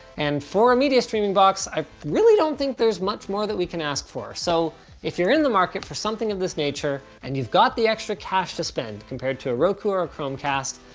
and for media streaming box i really don't think there's much more that we can ask for. so if you're in the market for something of this nature, and you've got the extra cash to spend, compared to a roku or a chromecast,